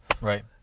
Right